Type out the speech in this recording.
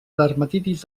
dermatitis